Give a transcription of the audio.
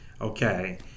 okay